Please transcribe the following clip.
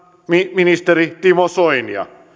ministeri timo soinia